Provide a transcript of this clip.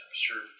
Sure